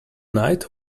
night